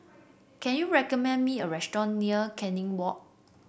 can you recommend me a restaurant near Canning Walk